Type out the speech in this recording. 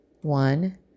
One